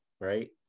right